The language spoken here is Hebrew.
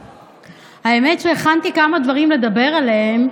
האמת היא שהכנתי כמה דברים לדבר עליהם,